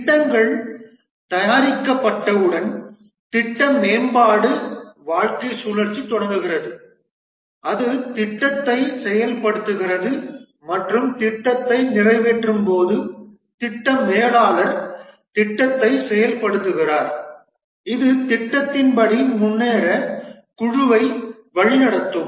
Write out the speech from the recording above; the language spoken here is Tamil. திட்டங்கள் தயாரிக்கப்பட்டவுடன் திட்ட மேம்பாட்டு வாழ்க்கைச் சுழற்சி தொடங்குகிறது அது திட்டத்தை செயல்படுத்துகிறது மற்றும் திட்டத்தை நிறைவேற்றும் போது திட்ட மேலாளர் திட்டத்தை செயல்படுத்துகிறார் இது திட்டத்தின் படி முன்னேற குழுவை வழிநடத்தும்